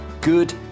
good